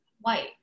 white